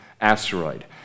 asteroid